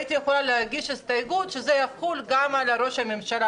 הייתי יכולה להגיש הסתייגות שזה יחול גם על ראש הממשלה,